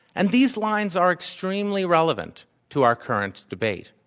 and these lines are extremely relevant to our current debate.